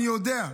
אני יודע,